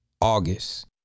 August